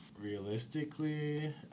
Realistically